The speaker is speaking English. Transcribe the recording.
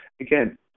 again